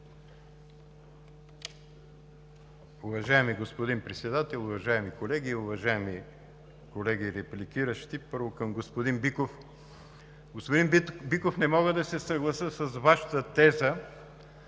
Уважаеми господин Председател, уважаеми колеги, уважаеми колеги репликиращи! Първо, към господин Биков: господин Биков, не мога да се съглася с Вашата теза,